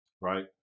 right